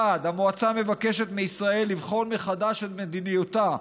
1. המועצה מבקשת מישראל לבחון מחדש את מדיניותה,